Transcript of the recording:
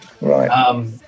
Right